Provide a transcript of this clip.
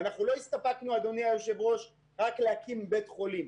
לא הסתפקנו, אדוני היושב-ראש, רק בהקמת בית חולים.